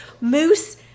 moose